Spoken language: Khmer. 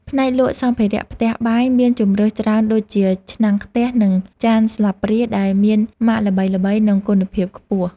ផ្នែកលក់សម្ភារៈផ្ទះបាយមានជម្រើសច្រើនដូចជាឆ្នាំងខ្ទះនិងចានស្លាបព្រាដែលមានម៉ាកល្បីៗនិងគុណភាពខ្ពស់។